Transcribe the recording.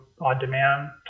on-demand